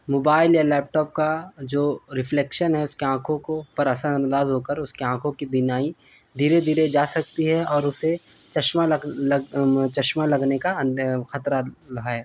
mobile یا laptop کا جو رفلیکشن ہے اس کی آنکھوں کو پر اثر انداز ہو کر اس کی آنکھوں کی بینائی دھیرے دھیرے جا سکتی ہے اور اسے چشمہ چشمہ لگنے کا خطرہ ہے